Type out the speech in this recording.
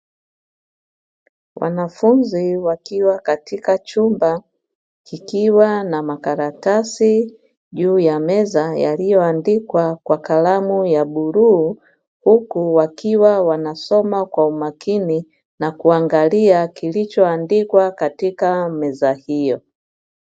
Wanafunzi wakiwa katika chumba, kikiwa na makaratasi juu ya meza yaliyoandikwa kwa kalamu ya bluu, huku wakiwa wanasoma kwa umakini na kuangalia kilichoandikwa katika meza hiyo.